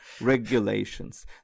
regulations